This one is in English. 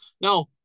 Now